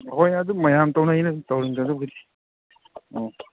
ꯍꯣꯏ ꯑꯗꯨ ꯃꯌꯥꯝ ꯇꯧꯅꯩꯅ ꯑꯗꯨꯝ ꯇꯧꯔꯤꯅꯤꯗ ꯑꯗꯨꯕꯨꯗꯤ ꯑꯣ